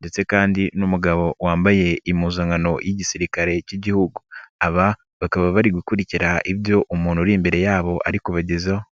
ndetse kandi n'umugabo wambaye impuzankano y'igisirikare k'Igihugu. Aba bakaba bari gukurikira ibyo umuntu uri imbere yabo ari kubagezaho.